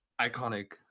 Iconic